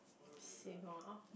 same lor